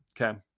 Okay